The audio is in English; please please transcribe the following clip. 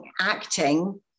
acting